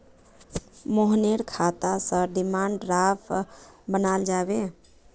मोहनेर खाता स डिमांड ड्राफ्ट बनाल जाबे